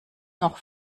noch